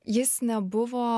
jis nebuvo